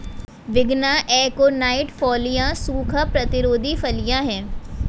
विग्ना aconitifolia सूखा प्रतिरोधी फलियां हैं